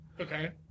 Okay